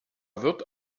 wird